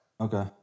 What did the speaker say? Okay